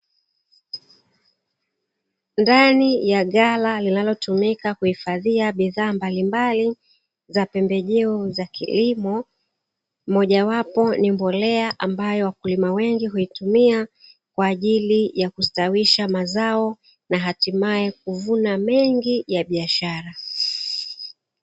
Ndani ya ghala linalotumika kuhifadhia bidhaa mbalimbali za pembejeo za kilimo, moja wapo ni mbolea ambayo wakulima wengi huitumia kwa ajili kustawisha mazao na hatimae kuvuna mengi ya biashara.